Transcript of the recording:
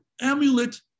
amulet